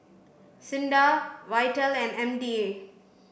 SINDA VITAL and M D A